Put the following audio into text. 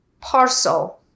parcel